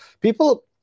People